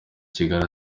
kigali